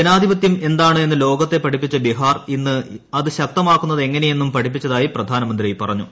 ജനാധിപത്യം എന്താണ് ്എന്ന് ലോകത്തെ പഠിപ്പിച്ച ബിഹാർ ഇന്ന് അത് ശക്തമാക്കുന്നതെങ്ങനെയെന്നും പഠിപ്പിച്ചതായി പ്രധാനമന്ത്രി പറഞ്ഞു